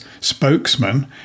spokesman